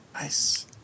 Nice